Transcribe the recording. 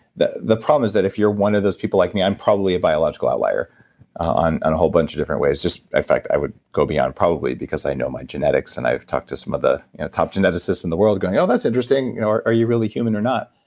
the the problem is that if you're one of those people like me, i'm probably a biological outlier on a whole bunch of different ways. just, in fact, i would go beyond probably because i know my genetics, and i've talked to some of the top geneticists in the world going, oh, that's interesting. are you really human or not?